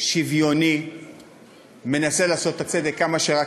צודק ככל שניתן,